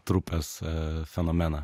trupės fenomeną